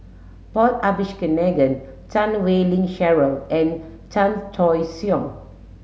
Paul Abisheganaden Chan Wei Ling Cheryl and Chan Choy Siong